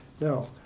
Now